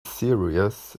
serious